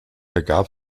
ergab